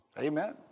Amen